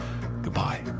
Goodbye